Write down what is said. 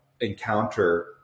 encounter